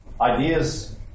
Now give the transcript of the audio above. ideas